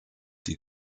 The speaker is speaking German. die